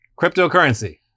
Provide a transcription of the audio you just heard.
cryptocurrency